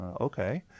okay